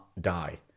die